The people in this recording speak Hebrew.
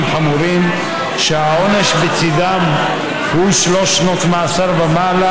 חמורים שהעונש בצידם הוא שלוש שנות מאסר ומעלה,